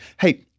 Hey